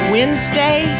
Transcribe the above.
Wednesday